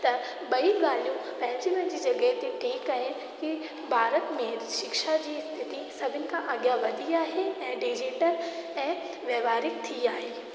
त ॿई ॻाल्हियूं पंहिंजी पंहिंजी जॻहि ते ठीकु आहे की ॿार में हर शिक्षा जी स्थिती सभिनि खां अॻियां वधी आहे ऐं डिजीटल ऐं वैवहारिक थी आहे